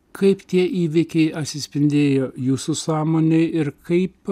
kaip tie įvykiai atsispindėjo jūsų sąmonėj ir kaip